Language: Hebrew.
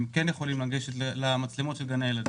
הם כן יכולים לגשת למצלמות של גני הילדים.